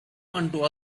unto